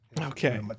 Okay